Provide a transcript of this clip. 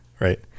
Right